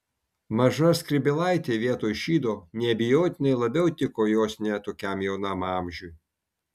maža skrybėlaitė vietoj šydo neabejotinai labiau tiko jos ne tokiam jaunam amžiui